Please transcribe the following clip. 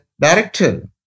Director